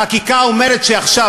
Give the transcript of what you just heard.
החקיקה אומרת שעכשיו,